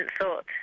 thought